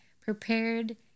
Prepared